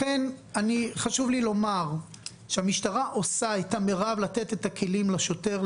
לכן חשוב לי לומר שהמשטרה עושה את המרב לתת את הכלים לשוטר,